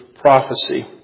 prophecy